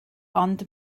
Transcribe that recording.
ond